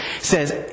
says